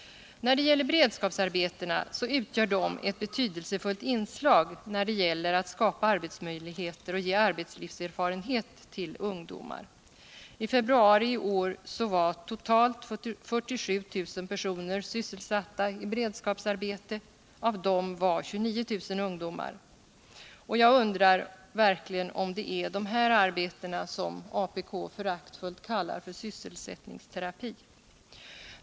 Beredskapsarbetena utgör ett betydelsefullt inslag när det gäller att skapa arbetsmöjligheter och ge arbetslivserfarenhet till ungdomar. I februari i år var totalt 47 000 personer sysselsatta i beredskapsarbete, av dem var 29 000 ungdomar. Och jag undrar verkligen om det är de här arbetena som apk föraktfullt kallar sysselsättningsterapi.